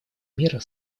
мира